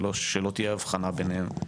ולא שלא תהיה הבחנה ביניהם,